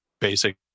basic